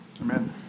Amen